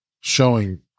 showing